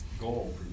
goal